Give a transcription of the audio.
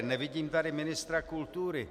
Nevidím tady ministra kultury.